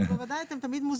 בוודאי אתם תמיד מוזמנים.